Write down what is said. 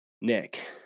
Nick